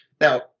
now